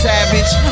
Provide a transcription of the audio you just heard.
Savage